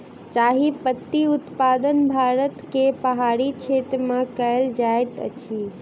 चाह पत्ती उत्पादन भारत के पहाड़ी क्षेत्र में कयल जाइत अछि